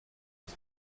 his